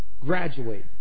graduate